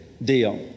deal